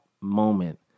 moment